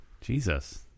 Jesus